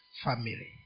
family